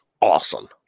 awesome